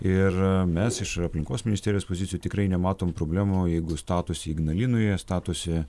ir mes iš aplinkos ministerijos pozicijų tikrai nematom problemų jeigu statosi ignalinoje statosi